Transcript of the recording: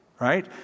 Right